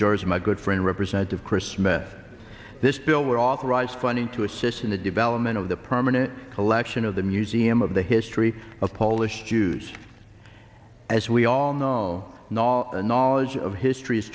jersey my good friend representative chris met this bill would authorize funding to assist in the development of the permanent collection of the museum of the history of polish jews as we all know a knowledge of history is